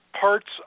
parts